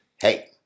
Hey